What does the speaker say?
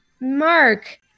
Mark